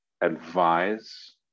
advise